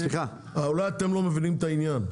אולי אתם לא מבינים את העניין.